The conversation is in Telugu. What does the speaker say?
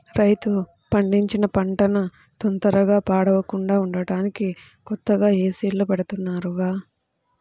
రైతు పండించిన పంటన తొందరగా పాడవకుండా ఉంటానికి కొత్తగా ఏసీల్లో బెడతన్నారుగా